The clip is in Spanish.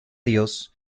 dios